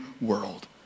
world